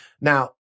Now